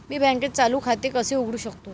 मी बँकेत चालू खाते कसे उघडू शकतो?